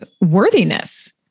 worthiness